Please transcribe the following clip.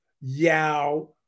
Yao